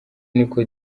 niko